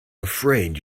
afraid